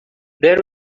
there